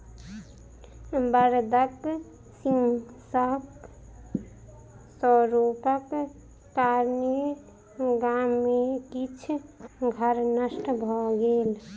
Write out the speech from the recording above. बड़दक हिंसक स्वरूपक कारणेँ गाम में किछ घर नष्ट भ गेल